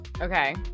Okay